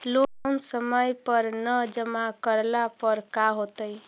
Loan समय पर न जमा करला पर का होतइ?